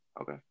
Okay